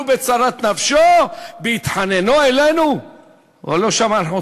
צרת נפשו בהתחננו אלינו ולא שמענו".